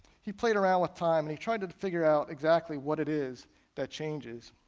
he played around with time and he tried to figure out exactly what it is that changes.